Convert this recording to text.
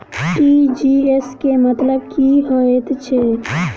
TGS केँ मतलब की हएत छै?